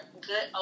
good